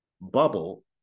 bubble